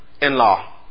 in-law